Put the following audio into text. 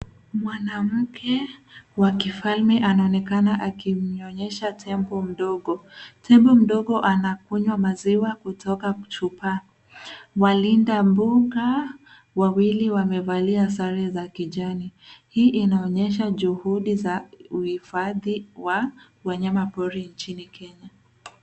Mwanamke wa kifani anaonekana akimnyoyesha tembo mdogo. Tembo mdogo anakunywa maziwa kutoka chupa. Walinda mbuga wawili wamevalia sare za kijani. Hii inaonyesha juhudi za uhifadhi wa wanyama pori nchini Kenya.